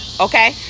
okay